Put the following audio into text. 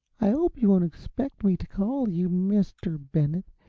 i hope you won't expect me to call you mr. bennett,